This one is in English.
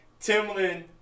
Timlin